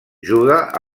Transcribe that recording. juga